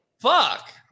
Fuck